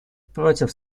против